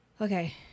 Okay